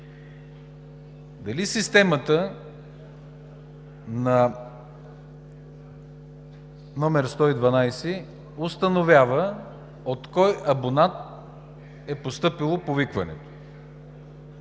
дали системата на номер 112 установява от кой абонат е постъпило повикването?